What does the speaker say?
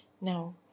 Now